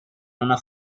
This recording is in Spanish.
una